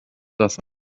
dass